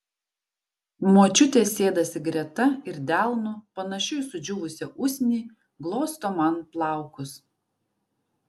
močiutė sėdasi greta ir delnu panašiu į sudžiūvusią usnį glosto man plaukus